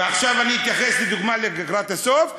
ועכשיו אני אתייחס לדוגמה, לקראת הסוף,